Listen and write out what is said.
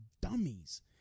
dummies